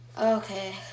Okay